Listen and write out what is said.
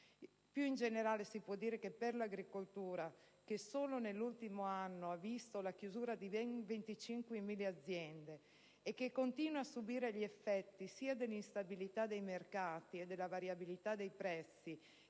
Più in generale, si può dire che per l'agricoltura, che solo nell'ultimo anno ha visto la chiusura di ben 25.000 aziende e che continua a subire sia gli effetti dell'instabilità dei mercati e della variabilità dei prezzi